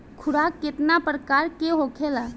खुराक केतना प्रकार के होखेला?